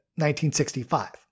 1965